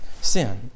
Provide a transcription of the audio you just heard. sin